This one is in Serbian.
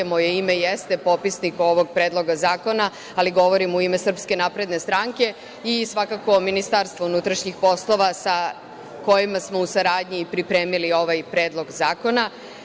Moje ime jeste potpisnik ovog predloga zakona, ali govorim u ime Srpske napredne stranke i svakako Ministarstvo unutrašnjih poslova, sa kojima smo u saradnji i pripremili ovaj predlog zakona.